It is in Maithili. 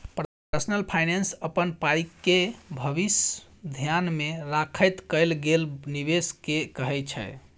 पर्सनल फाइनेंस अपन पाइके भबिस धेआन मे राखैत कएल गेल निबेश केँ कहय छै